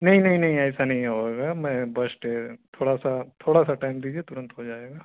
نہیں نہیں نہیں ایسا نہیں ہو گا میں بس تھوڑا سا تھوڑا سا ٹائم دیجیے ترنت ہو جائے گا